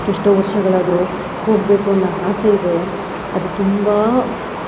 ಎಷ್ಟೋ ವರ್ಷಗಳು ಆದರೂ ಹೋಗಬೇಕು ಅನ್ನೊ ಆಸೆ ಇದೆ ಅದು ತುಂಬ